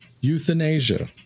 Euthanasia